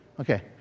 Okay